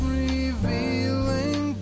revealing